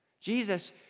Jesus